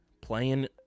playing